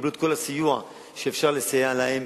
יקבלו את כל הסיוע שאפשר לסייע להם.